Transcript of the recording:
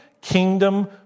kingdom